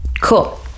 cool